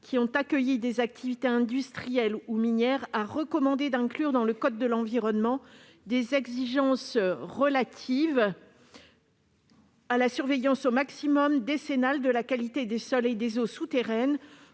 qui ont accueilli des activités industrielles ou minières a recommandé d'inclure dans le code de l'environnement des exigences relatives à la surveillance, au maximum décennale, de la qualité des sols et des eaux souterraines